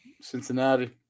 cincinnati